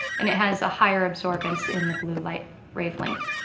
and it has a higher absorbance in the blue light wavelength.